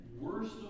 worst